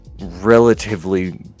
relatively